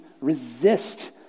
resist